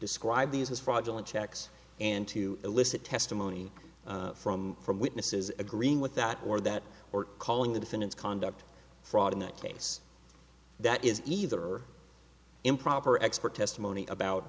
describe these as fraudulent checks and to elicit testimony from from witnesses agreeing with that or that or calling the defendant's conduct a fraud in that case that is either improper expert testimony about